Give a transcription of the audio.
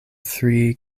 three